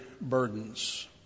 burdens